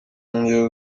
ngero